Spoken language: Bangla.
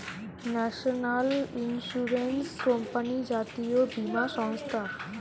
ন্যাশনাল ইন্সুরেন্স কোম্পানি জাতীয় বীমা সংস্থা